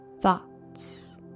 thoughts